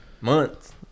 Months